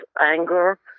anger